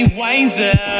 wiser